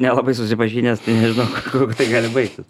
nelabai susipažinęs tai nežinau kuo tai gali baigtis